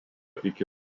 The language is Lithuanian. iki